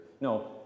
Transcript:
No